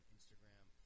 Instagram